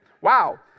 wow